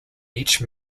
each